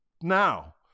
Now